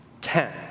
Ten